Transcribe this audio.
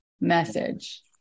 message